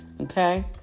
Okay